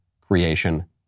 creation